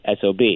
SOB